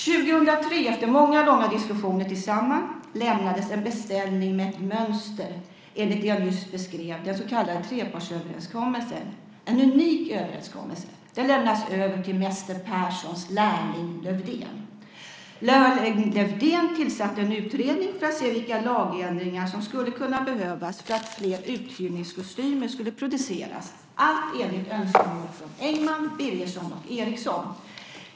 2003, efter många långa diskussioner tillsammans, lämnades en beställning med ett mönster enligt det jag nyss beskrev - den så kallade trepartsöverenskommelsen. Det var en unik överenskommelse. Den lämnades över till mäster Perssons lärling Lövdén. Lärling Lövdén tillsatte en utredning för att se vilka lagändringar som skulle kunna behövas för att fler uthyrningskostymer skulle produceras - allt enligt önskemål från Engman, Birgersson och Eriksson.